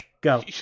Go